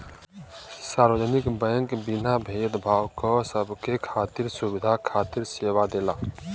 सार्वजनिक बैंक बिना भेद भाव क सबके खातिर सुविधा खातिर सेवा देला